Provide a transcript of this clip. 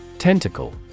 Tentacle